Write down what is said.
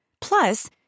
Plus